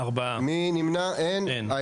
הצבעה בעד 4 נמנעים 3 אושר.